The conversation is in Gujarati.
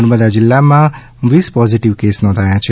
નર્મદા જીલ્લામાંવીસ પોઝીટીવ કેસ નોધાયા છે